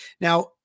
Now